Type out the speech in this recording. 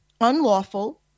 unlawful